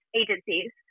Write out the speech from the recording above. agencies